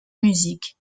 musique